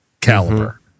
caliber